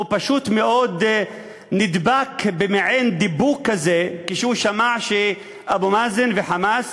הוא פשוט מאוד נדבק במעין דיבוק כזה כשהוא שמע שאבו מאזן ו"חמאס"